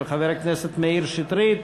של חבר הכנסת מאיר שטרית,